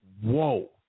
whoa